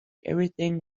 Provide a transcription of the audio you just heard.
everything